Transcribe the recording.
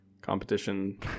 competition